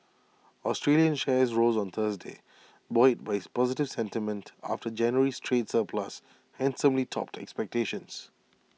Australian shares rose on Thursday buoyed by the positive sentiment after January's trade surplus handsomely topped expectations